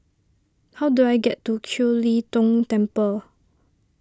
how do I get to Kiew Lee Tong Temple